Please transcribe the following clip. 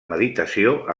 meditació